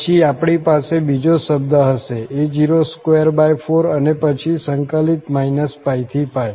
પછી આપણી પાસે બીજો શબ્દ હશે a024 અને પછી સંકલિત π થી π